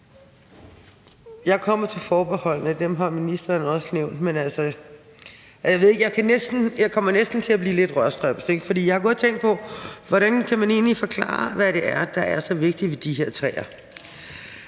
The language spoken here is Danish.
Jeg kommer til forbeholdene, og dem har ministeren også nævnt, og jeg ved det ikke, men jeg kommer næsten til at blive lidt rørstrømsk, for jeg har gået og tænkt på, hvordan man egentlig kan forklare, hvad det er, der er så vigtigt ved de her træer.